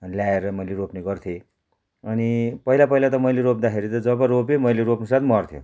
ल्याएर मैले रोप्ने गर्थेँ अनि पहिला पहिला त मैले रोप्दाखेरि त जब रोप्यो मैले रोप्ने साथ मर्थ्यो